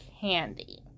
candy